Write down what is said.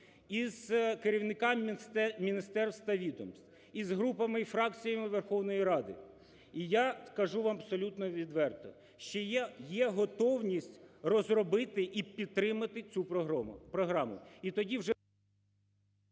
і з керівниками міністерств та відомств, і з групами і фракціями Верховної Ради, і я скажу вам абсолютно відверто, що є готовність розробити і підтримати цю програму.